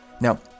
Now